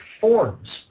forms